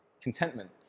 contentment